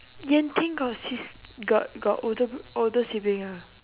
yan-ting got sis got got older older sibling ah